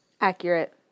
Accurate